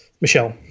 Michelle